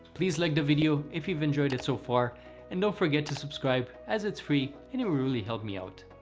please like the video if you've enjoyed it so far and don't forget to subscribe as it's free and it really helps me out.